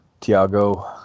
Tiago